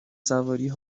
سواری